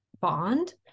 bond